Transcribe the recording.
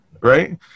right